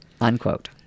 unquote